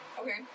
Okay